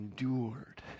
endured